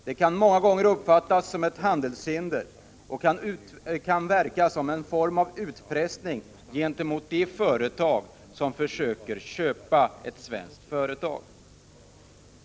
Detta kan många gånger uppfattas som ett handelshinder och kan ses som en form av utpressning gentemot dem som försöker köpa ett svenskt företag.